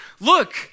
look